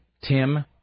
Tim